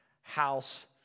house